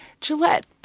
Gillette